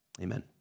Amen